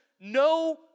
no